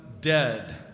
dead